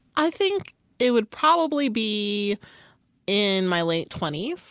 i think it would probably be in my late twenty s,